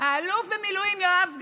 האלוף במילואים יואב גלנט,